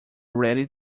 ready